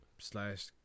slash